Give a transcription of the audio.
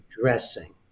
dressing